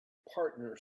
partner